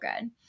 good